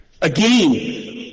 again